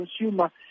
consumer